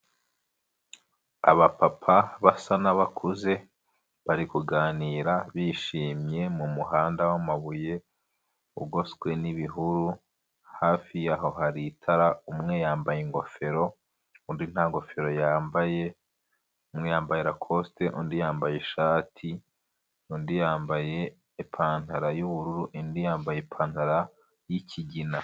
Abapapa basa n'abakuze bari kuganira bishimye mumuhanda wamabuye ugoswe n'ibihuru, hafi y'aho hari itara umwe yambaye ingofero, undi nta ngofero yambaye, umwe yambaye rakoste undi yambaye ishati, undi yambaye ipantaro yubururu, undi yambaye ipantaro y'ikigina.